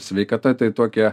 sveikata tai tokie